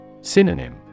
Synonym